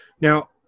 Now